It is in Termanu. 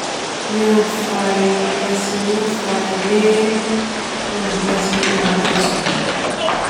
Biasanya fao nek boma mamasona.